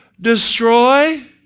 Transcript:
destroy